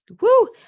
Woo